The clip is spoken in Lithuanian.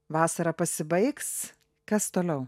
vasara pasibaigs kas toliau